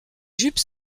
jupes